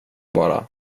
bara